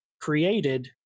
created